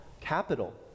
capital